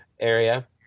area